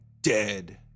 dead